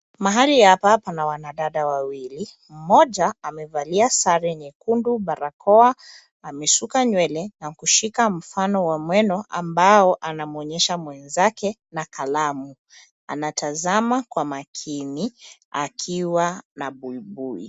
Mahali hapa pana wanadada wawili. Mmoja amevalia sare nyekundu, barakoa, ameshuka nywele na kushika mfano wa mweno ambao anamuonyesha mwenzake na kalamu. Anatazama kwa makini akiwa na buibui.